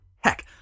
Heck